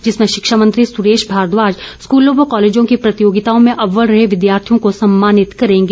जिसमें शिक्षा मंत्री सुरेश भारद्वाज स्कूलों व कॉलेजों की प्रतियोगिताओं में अव्वल रहे विद्यार्थियों को सम्मानित करेंगे